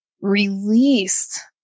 released